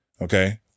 Okay